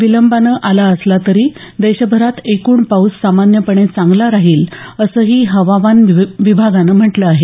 विलंबानं आला असला तरी देशभरात एकूण पाऊस सामान्यपणे चांगला राहील असंही हवामानविभागानं म्हटलं आहे